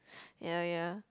ya ya